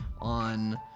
on